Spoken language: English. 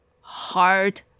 hard